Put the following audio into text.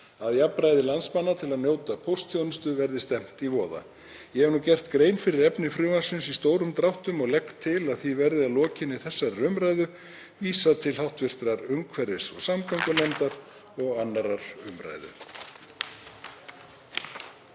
að jafnræði landsmanna til að njóta póstþjónustu verði stefnt í voða. Ég hef gert grein fyrir efni frumvarpsins í stórum dráttum og legg til að því verði að lokinni þessari umræðu vísað til hv. umhverfis- og samgöngunefndar og 2. umr.